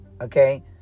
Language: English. okay